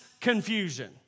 confusion